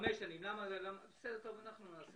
יש